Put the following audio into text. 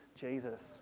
Jesus